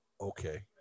Okay